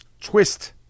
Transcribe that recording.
twist